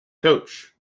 coach